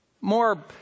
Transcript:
More